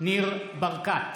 ניר ברקת,